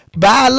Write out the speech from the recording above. bye